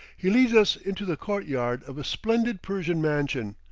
he leads us into the court-yard of a splendid persian mansion,